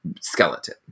skeleton